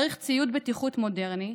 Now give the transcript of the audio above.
צריך ציוד בטיחות מודרני.